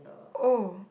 oh